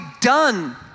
done